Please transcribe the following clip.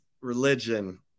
religion